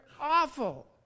awful